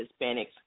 Hispanics